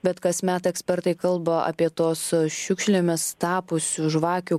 bet kasmet ekspertai kalba apie tuos šiukšlėmis tapusių žvakių